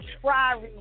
try